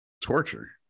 torture